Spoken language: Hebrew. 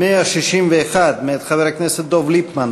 161 מאת חבר הכנסת דב ליפמן.